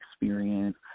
experience